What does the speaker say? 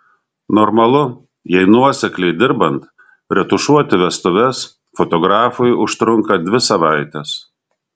normalu jei nuosekliai dirbant retušuoti vestuves fotografui užtrunka dvi savaites